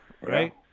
Right